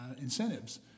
incentives